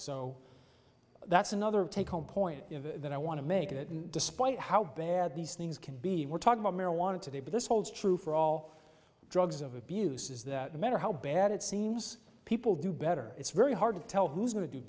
so that's another take home point that i want to make that despite how bad these things can be we're talking about marijuana today but this holds true for all drugs of abuse is that no matter how bad it seems people do better it's very hard to tell who's going to do